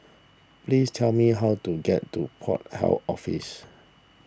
please tell me how to get to Port Health Office